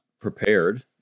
prepared